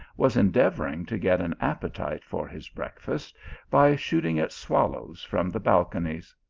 was endeavour ing to get an appetite for his breakfast by shooting at swallows from the balconies.